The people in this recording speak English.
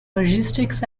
logistics